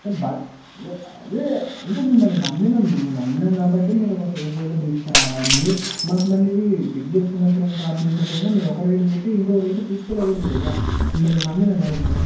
అంటే భ అదే అంటే మిమ్మల్ని నమ్మినాం మేము నమ్మినాం కాబట్టి మీరొక ఒక సేఫ్ వేలో తీసుకురావాలి మీరు మాకు మళ్ళీ పిక్ చేసుకున్నప్పుడైనా డ్రాప్ చేసుకున్నప్పుడైనా మీరు ఒక రేట్ చెప్పి ఇంకో రేట్ తీసుకెళ్ళకూడదు కదా మేము మిమ్మల్ని నమ్మినాం కదా మేము